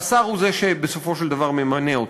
שהשר הוא שבסופו של דבר ממנה אותם?